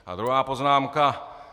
A druhá poznámka.